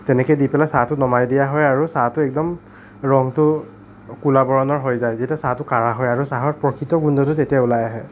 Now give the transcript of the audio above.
তেনেকৈ দি পেলাই চাহটো নমাই দিয়া হয় আৰু চাহটো একদম ৰঙটো কুলা বৰণৰ হৈ যায় যেতিয়া চাহটো কাঢ়া হয় আৰু চাহটোৰ প্ৰকৃত গোন্ধটো তেতিয়া ওলাই আহে